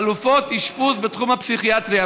פרסם נוהל חדש לחלופות אשפוז בתחום הפסיכיאטריה,